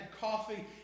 coffee